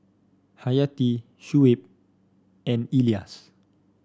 Hayati Shuib and Elyas